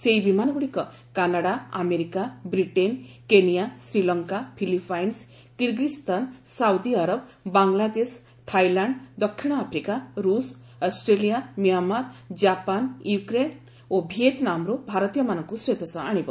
ସେହି ବିମାନ ଗୁଡ଼ିକ Canada America Britain Kenya Sri Lanka Philippines Kyrgyzstan Saudi Arab Bangladesh Thailand ଦକ୍ଷିଣଆଫ୍ରିକା ରୁଷ୍ ଅଷ୍ଟ୍ରେଲିଆ ମ୍ୟାଁମାର କାପାନ ୟୁକ୍ରେନ୍ ଓ ଭିଏତ୍ନାମରୁ ଭାରତୀୟମାନଙ୍କୁ ସ୍ୱଦେଶ ଆଣିବ